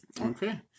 Okay